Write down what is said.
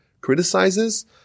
criticizes